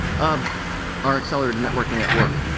of our accelerated networking at work.